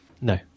No